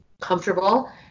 comfortable